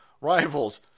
rivals